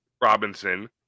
Robinson